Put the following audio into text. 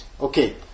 okay